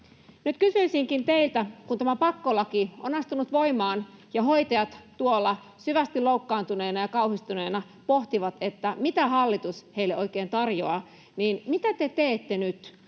Nyt kysyisinkin teiltä, kun tämä pakkolaki on astunut voimaan ja hoitajat tuolla syvästi loukkaantuneina ja kauhistuneina pohtivat, mitä hallitus heille oikein tarjoaa: mitä te teette nyt